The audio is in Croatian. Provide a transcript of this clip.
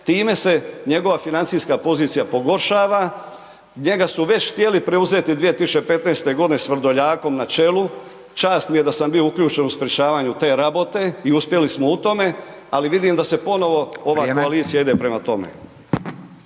Time se njegova financijska pozicija pogoršava, njega su već htjeli preuzeti 2015. godine s Vrdoljakom na čelu, čast mi je da sam bio uključen u sprječavanju te rabote i uspjeli smo u tome, ali vidim da se ponovo …/Upadica: Vrijeme./…